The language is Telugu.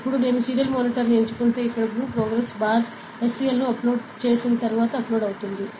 ఇప్పుడు నేను సీరియల్ మానిటర్ను ఎంచుకుంటే ఇక్కడ బ్లూ ప్రోగ్రెస్ బార్ SCL ని అప్లోడ్ చేసిన తర్వాత అప్లోడ్ అవుతుంది